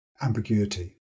ambiguity